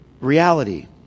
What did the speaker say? reality